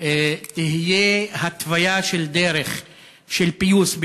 תהיה התוויה של דרך של פיוס,